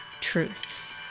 truths